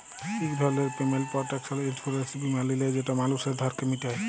ইক ধরলের payment protection insurance বীমা লিলে যেট মালুসের ধারকে মিটায়